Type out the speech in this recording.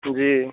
जी